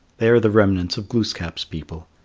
they are the remnants of glooskap's people.